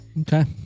Okay